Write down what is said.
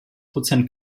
prozent